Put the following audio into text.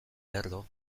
lerdo